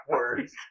Words